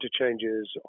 interchanges